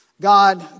God